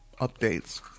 updates